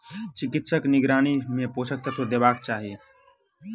चिकित्सकक निगरानी मे पोषक तत्व देबाक चाही